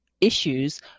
issues